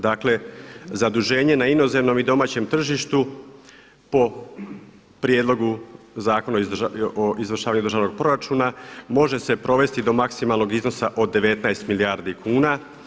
Dakle, zaduženje na inozemnom i domaćem tržištu po prijedlogu Zakona o izvršavanju državnog proračuna može se provesti do maksimalnog iznosa od 19 milijardi kuna.